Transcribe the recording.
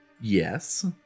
Yes